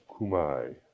Kumai